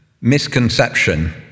misconception